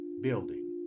building